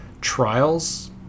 Trials